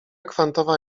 kwantowa